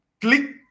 click